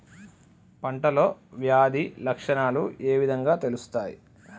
పంటలో వ్యాధి లక్షణాలు ఏ విధంగా తెలుస్తయి?